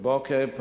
כמו כן,